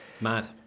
Mad